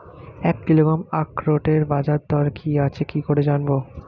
এক কিলোগ্রাম আখরোটের বাজারদর কি আছে কি করে জানবো?